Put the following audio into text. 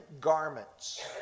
garments